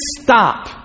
stop